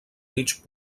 mig